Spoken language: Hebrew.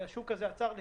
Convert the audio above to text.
שהשוק הזה עצר לשנתיים.